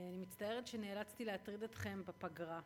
אני מצטערת שנאלצתי להטריד אתכם בפגרה,